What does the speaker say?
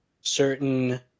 certain